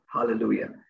Hallelujah